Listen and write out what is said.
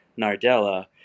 Nardella